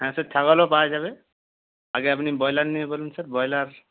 হ্যাঁ স্যার ছাগলও পাওয়া যাবে আগে আপনি ব্রয়লার নিয়ে বলুন স্যার ব্রয়লার